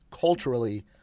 culturally